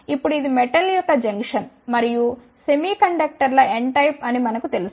ఇప్పుడు ఇది మెటల్ యొక్క జంక్షన్ మరియు సెమీకండక్టర్ల N టైప్ అని మనకు తెలుసు